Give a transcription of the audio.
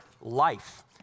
life